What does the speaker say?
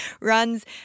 runs